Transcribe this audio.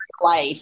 life